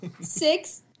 Six